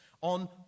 on